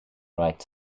rights